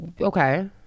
Okay